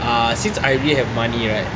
ah since I already have money right